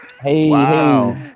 hey